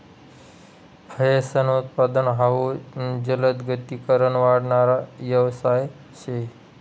फयेसनं उत्पादन हाउ जलदगतीकन वाढणारा यवसाय शे